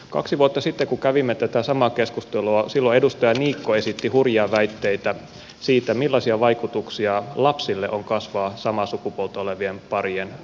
kaksi vuotta sitten kun kävimme tätä samaa keskustelua edustaja niikko esitti hurjia väitteitä siitä millaisia vaikutuksia lapsille on kasvaa samaa sukupuolta olevien parien perheissä